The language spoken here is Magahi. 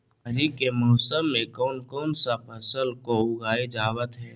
खरीफ के मौसम में कौन कौन सा फसल को उगाई जावत हैं?